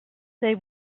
they